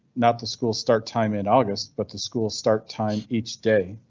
not the school start time in august, but the school start time each day.